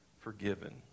forgiven